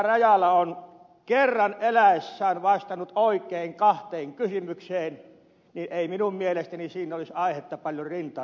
rajala on kerran eläessään vastannut oikein kahteen kysymykseen niin ei minun mielestäni siinä olisi aihetta paljon rintaansa röyhistellä